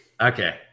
Okay